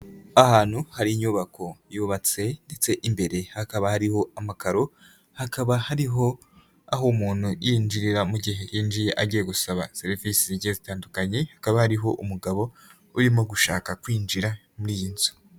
Ahantu hari inyubako yubatse ndetse imbere hakaba hariho amakaro, hakaba hariho aho umuntu yinjirira mu gihe yinjiye agiye gusaba serivisi zigeze zitandukanye, hakaba hariho umugabo urimo gushaka kwinjira muri iyi nzu.